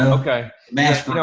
and okay, you know